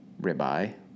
ribeye